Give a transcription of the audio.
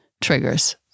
triggers